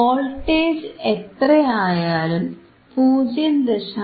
voltage എത്രയായാലും 0